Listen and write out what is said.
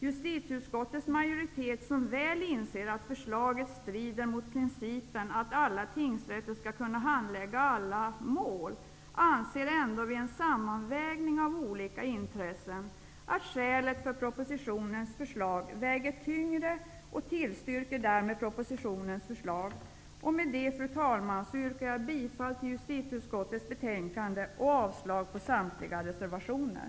Justitieutskottets majoritet, som väl inser att förslaget strider mot principen att alla tingsrätter skall kunna handlägga alla mål, anser ändå vid en sammanvägning av olika intressen att skälen för propositionens förslag väger tyngre. Utskottet tillstyrker därmed vad som föreslås i propositionen. Med det, fru talman, yrkar jag bifall till justitieutskottets hemställan och avslag på samtliga reservationer.